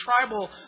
tribal